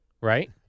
right